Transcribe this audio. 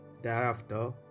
Thereafter